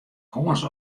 kâns